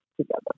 together